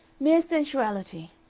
mere sensuality.